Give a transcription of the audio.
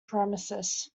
premises